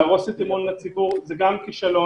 להרוס את אמון הציבור זה גם כישלון.